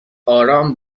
آرام